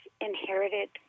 inherited